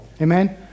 Amen